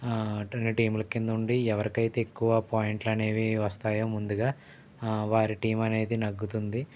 రెండు టీముల కింద ఉండి ఎవరికైతే పాయింట్లనేవి వస్తాయో ముందుగా వారి టీమ్ అనేది నెగ్గుతుంది